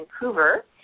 Vancouver